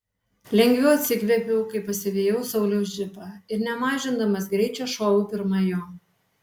lengviau atsikvėpiau kai pasivijau sauliaus džipą ir nemažindamas greičio šoviau pirma jo